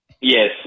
Yes